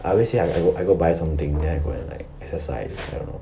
I always say I I go I go buy something then I go and like exercise